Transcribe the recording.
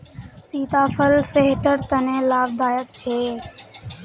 सीताफल सेहटर तने लाभदायक छे